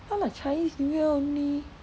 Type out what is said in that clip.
then I'm like chinese new year only